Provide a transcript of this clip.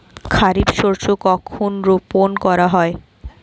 খারিফ শস্য কখন রোপন করা হয়?